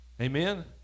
Amen